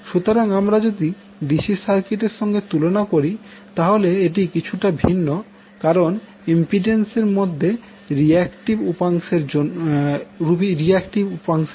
সুতরাং আমরা যদি ডিসি সার্কিট এর সঙ্গে তুলনা করি তাহলে এটি কিছুটা ভিন্ন কারন ইম্পিড্যান্স এর মধ্যে রিয়াক্টিভ উপাংশের জন্য